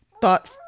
thought